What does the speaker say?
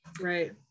right